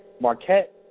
Marquette